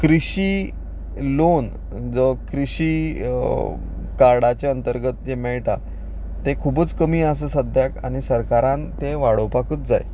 कृशी लोन जो कृशी कार्डाचे अंतर्गत मेळटा तें खुबूच कमी आसा सद्याक आनी सरकारान तें वाडोवपाकूच जाय